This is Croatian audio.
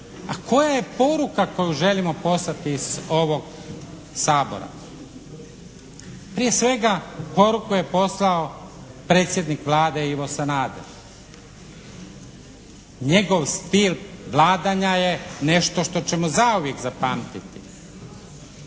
A koja je poruka koju želimo poslati iz ovog Sabora? Prije svega poruku je poslao predsjednik Vlade Ivo Sanader. Njegov stil vladanja je nešto što ćemo zauvijek zapamtiti